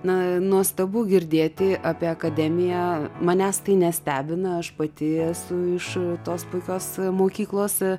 na nuostabu girdėti apie akademiją manęs tai nestebina aš pati esu iš tos puikios mokyklos